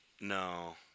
No